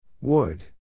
Wood